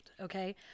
okay